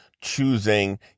choosing